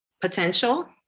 potential